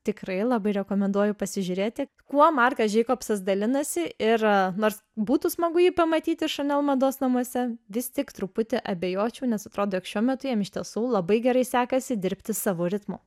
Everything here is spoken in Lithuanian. tikrai labai rekomenduoju pasižiūrėti kuo markas jacobsas dalinasi ir nors būtų smagu jį pamatyti chanel mados namuose vis tik truputį abejočiau nes atrodė jog šiuo metu jam iš tiesų labai gerai sekasi dirbti savo ritmu